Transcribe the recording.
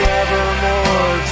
evermore